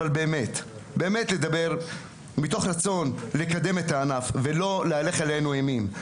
אבל באמת לדבר מתוך רצון לקדם את הענף ולא להלך עלינו אימים.